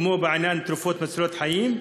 כמו בעניין תרופות מצילות חיים?